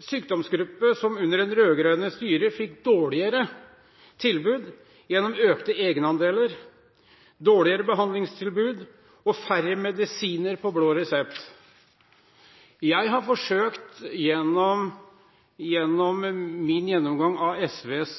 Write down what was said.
sykdomsgruppe som under det rød-grønne styret fikk dårligere tilbud gjennom økte egenandeler, dårligere behandlingstilbud og færre medisiner på blå resept. Jeg har forsøkt i min gjennomgang av SVs